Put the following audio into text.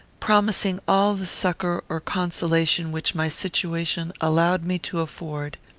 promising all the succour or consolation which my situation allowed me to afford.